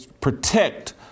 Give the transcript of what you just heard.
protect